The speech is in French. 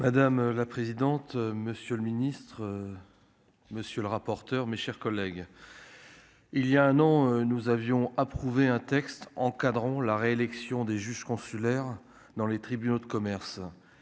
Madame la présidente, monsieur le ministre, monsieur le rapporteur, mes chers collègues, il y a un an, nous avions approuvé un texte encadrant la réélection des juges consulaires dans les tribunaux de commerce,